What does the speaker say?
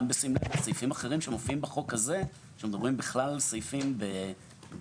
אני חושב, לגבי ההערה שהערת,